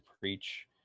preach